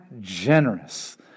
generous